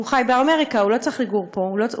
הוא חי באמריקה, הוא לא צריך לבוא לפה.